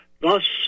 Thus